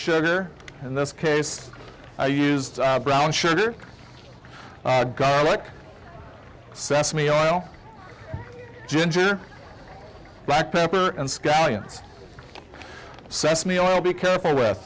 sugar and this case i used brown sugar garlic sesame oil ginger black pepper and scallions sesame oil be careful with